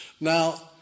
Now